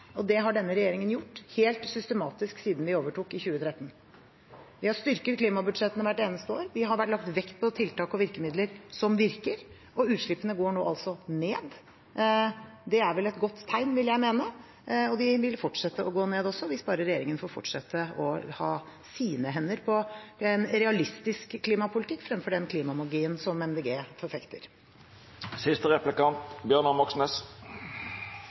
og det har denne regjeringen gjort helt systematisk siden vi overtok i 2013. Vi har styrket klimabudsjettene hvert eneste år, vi har lagt vekt på tiltak og virkemidler som virker, og utslippene går nå ned. Det er vel et godt tegn, vil jeg mene. De vil fortsette å gå ned også hvis regjeringen får fortsette å ha sine hender på en realistisk klimapolitikk, fremfor den klimamagien som Miljøpartiet De Grønne forfekter.